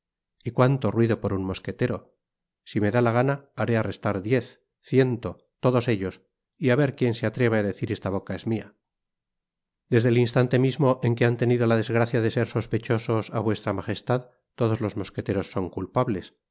y cuánto ruido por un mosquetero si me da la gana haré arrestar diez ciento todos ellos y á ver quien se atreve á decir esta boca es mia desde el instante mismo en que han tenido la desgracia de ser sospechosos á v m todos los mosqueteros son culpables